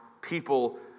people